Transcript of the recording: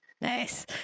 Nice